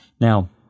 Now